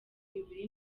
ibiri